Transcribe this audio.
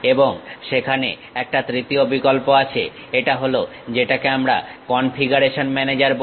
এবং সেখানে একটা তৃতীয় বিকল্প আছে এটা হলো যেটাকে আমরা কনফিগারেশন ম্যানেজার বলি